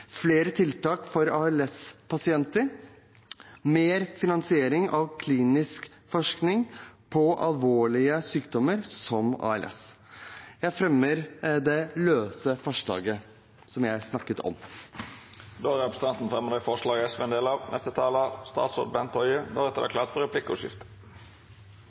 flere tiltak for ALS-pasienter og mer finansering av klinisk forskning på alvorlige sykdommer, som ALS. Jeg fremmer det løse forslaget som jeg snakket om. Då har representanten Nicholas Wilkinson teke opp det forslaget